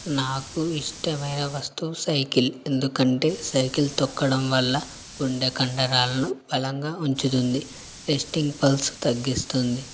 నాకు ఇష్టమైన వస్తువు సైకిల్ ఎందుకంటే సైకిల్ తొక్కడం వల్ల గుండె కండరాలను భలంగా ఉంచుతుంది రెస్టింగ్ పల్స్ తగ్గిస్తుంది